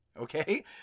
Okay